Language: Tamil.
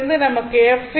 இதிலிருந்து நமக்கு f 2